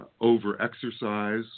over-exercise